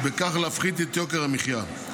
ובכך להפחית את יוקר המחיה.